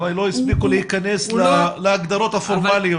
אולי לא הספיקו להכנס להגדרות הפורמליות